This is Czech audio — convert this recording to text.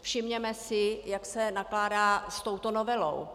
Všimněme si, jak se nakládá s touto novelou.